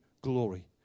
glory